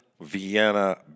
Vienna